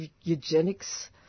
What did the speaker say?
eugenics